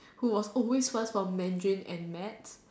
who was always first for Mandarin and maths